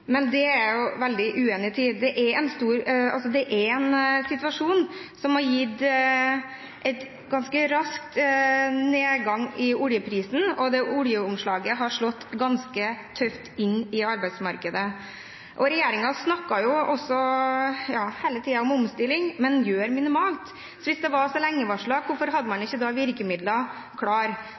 men det er jeg veldig uenig i. Det er en situasjon som har gitt en ganske rask nedgang i oljeprisen, og det oljeomslaget har slått ganske tøft inn i arbeidsmarkedet. Regjeringen snakker også hele tiden om omstilling, men gjør minimalt, så hvis det var så lenge varslet, hvorfor hadde man ikke da virkemidler klare?